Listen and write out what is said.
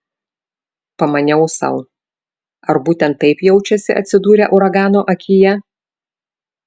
pamaniau sau ar būtent taip jaučiasi atsidūrę uragano akyje